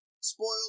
Spoiled